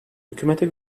hükümete